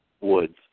woods